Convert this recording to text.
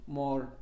more